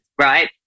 right